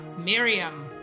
Miriam